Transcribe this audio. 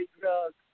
drugs